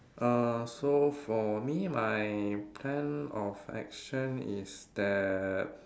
uh so for me my plan of action is that